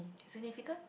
significance